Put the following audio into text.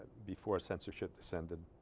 before censorship descended